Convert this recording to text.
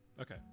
Okay